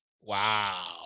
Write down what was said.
Wow